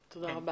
תודה.